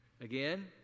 Again